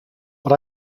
but